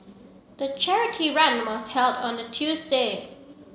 the charity run was held on a Tuesday